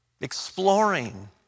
exploring